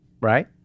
right